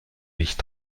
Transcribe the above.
nicht